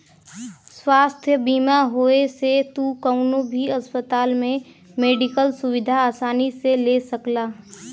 स्वास्थ्य बीमा होये से तू कउनो भी अस्पताल में मेडिकल सुविधा आसानी से ले सकला